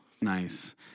Nice